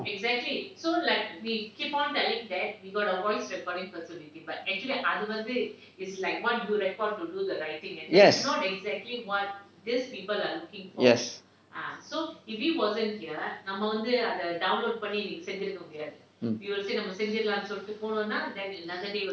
yes